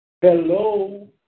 Hello